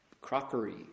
crockery